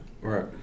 Right